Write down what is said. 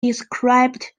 described